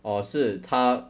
or 是他